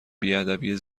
بیادبی